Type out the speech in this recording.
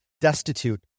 destitute